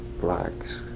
blacks